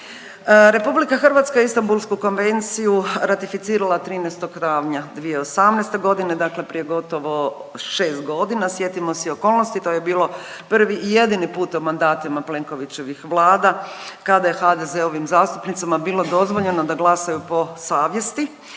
ženama. RH je Istanbulsku konvenciju ratificirala 13. travnja 2018. godine, dakle prije gotovo 6 godina. Sjetimo se i okolnosti to je bilo prvi i jedini put u mandatima Plenkovićevih vlada kada je HDZ-ovim zastupnicima bilo dozvoljeno da glasaju po savjesti